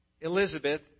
Elizabeth